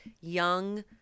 young